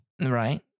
Right